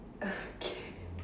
okay